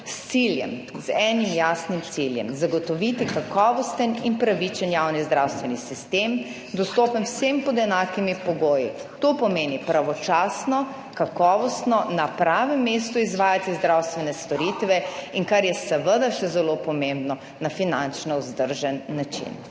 reforma, z enim jasnim ciljem - zagotoviti kakovosten in pravičen javni zdravstveni sistem, dostopen vsem pod enakimi pogoji. To pomeni pravočasno, kakovostno, na pravem mestu izvajati zdravstvene storitve, in kar je seveda še zelo pomembno, na finančno vzdržen način.